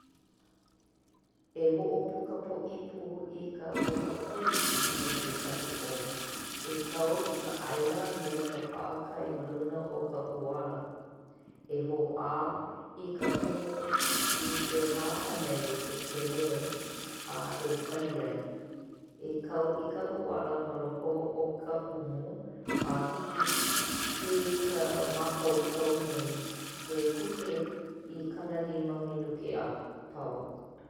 E hoʻopuka poʻipū i ka ʻuala kahiki me kekahi ʻō. E kau i ka ʻaila me ka paʻakai ma luna o ka ʻuala E hoʻā i ka umu i ʻehā haneli kēkelē a e kali ai E Kau i ka ʻuala ma loko o ka umu a hiki i ka mākaukau nei E kuke i kanalima minuke a pau.